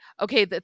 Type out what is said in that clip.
okay